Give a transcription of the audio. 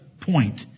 point